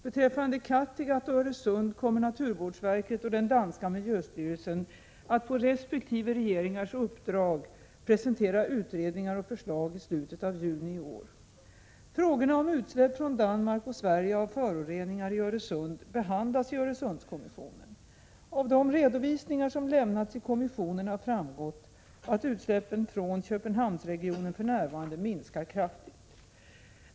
Beträffande Kattegatt och Öresund kommer naturvårdsverket och den danska miljöstyrelsen att på resp. regeringars uppdrag presentera utredningar och förslag i slutet av juni i år. Frågorna om utsläpp från Danmark och Sverige av föroreningar i Öresund behandlas i Öresundskommissionen. Av de redovisningar som lämnats i kommissionen har framgått att utsläppen från Köpenhamnsregionen för närvarande minskas kraftigt.